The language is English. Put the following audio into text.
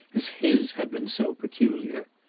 as his had been so peculiar.